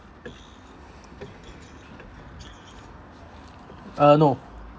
uh no